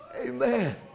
Amen